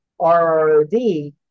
RROD